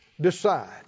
Decide